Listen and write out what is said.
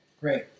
Great